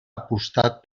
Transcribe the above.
apostat